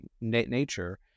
nature